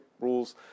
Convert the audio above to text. rules